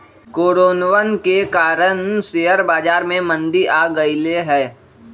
कोरोनवन के कारण शेयर बाजार में मंदी आ गईले है